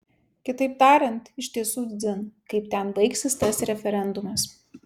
kitaip tariant iš tiesų dzin kaip ten baigsis tas referendumas